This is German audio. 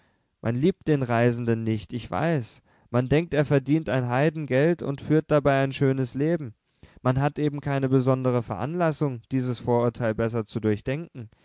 man liebt den reisenden nicht ich weiß man denkt er verdient ein heidengeld und führt dabei ein schönes leben man hat eben keine besondere veranlassung dieses vorurteil besser zu durchdenken